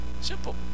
Simple